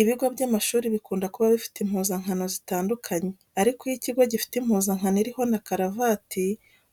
Ibigo by'amashuri bikunda kuba bifite impuzankano zitandukanye ariko iyo ikigo gifite impuzankano irimo na karavati